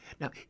Now